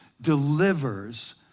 delivers